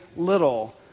Little